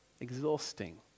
exhausting